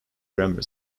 grammar